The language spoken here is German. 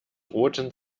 roten